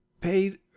paid